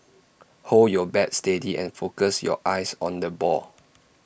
hold your bat steady and focus your eyes on the ball